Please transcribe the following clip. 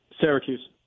Syracuse